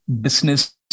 business